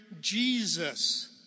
Jesus